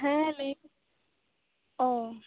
ᱦᱮᱸ ᱞᱟᱹᱭᱢᱮ ᱳ